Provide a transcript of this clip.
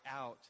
out